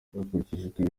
hakurikijwe